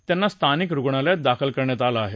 त्यांना स्थानिक रुग्णालयात दाखल करण्यात आलं आहे